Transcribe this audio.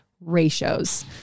ratios